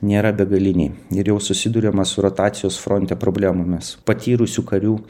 nėra begaliniai ir jau susiduriama su rotacijos fronte problemomis patyrusių karių